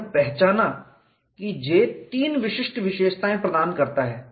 उन्होंने पहचाना कि J तीन विशिष्ट विशेषताएँ प्रदान करता है